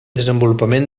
desenvolupament